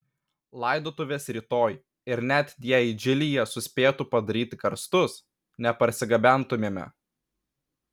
laidotuvės rytoj ir net jei džilyje suspėtų padaryti karstus neparsigabentumėme